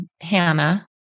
Hannah